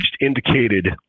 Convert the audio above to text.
indicated